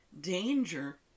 danger